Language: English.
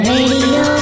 Radio